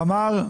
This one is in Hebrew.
תמר.